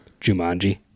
Jumanji